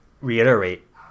reiterate